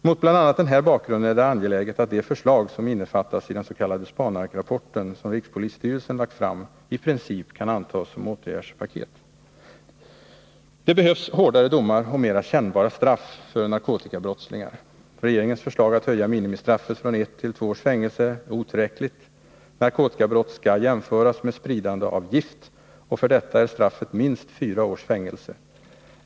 Mot bl.a. den här bakgrunden är det angeläget att de förslag som innefattas i den s.k. Spanark-rapporten, som rikspolisstyrelsen lagt fram, i princip antas som åtgärdspaket. Det behövs hårdare domar och mera kännbara straff för narkotikabrottslingar. Regeringens förslag att höja minimistraffet från ett till två års fängelse är otillräckligt. Narkotikabrott skall jämföras med spridande av gift, och för detta är straffet minst fyra års fängelse.